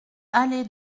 allée